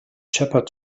shepherd